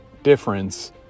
difference